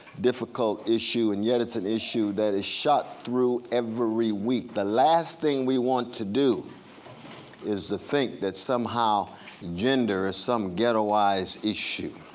difficult issue and yet it's an issue that is shot through every week. the last thing we want to do is to think that somehow gender is some ghettoized issue.